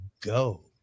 go